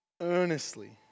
earnestly